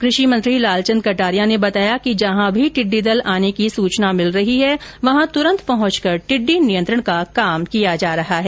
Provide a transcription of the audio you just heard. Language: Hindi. कृषि मंत्री लालचंद कटारिया ने बताया कि जहां भी टिड्डी दल आने की सूचना मिल रही है वहां तुरन्त पहुंचकर टिड्डी नियंत्रण का काम किया जा रहा है